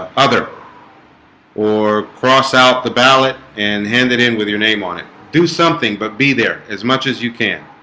other or cross out the ballot and hand it in with your name on it do something but be there as much as you can